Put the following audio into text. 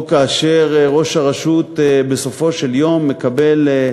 או כאשר ראש הרשות בסופו של יום מקבל,